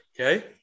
Okay